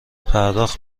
پرداخت